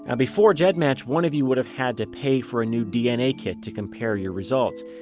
and before gedmatch, one of you would've had to pay for a new dna kit to compare your results.